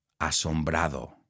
asombrado